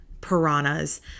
piranhas